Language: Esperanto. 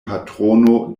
patrono